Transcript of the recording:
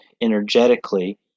energetically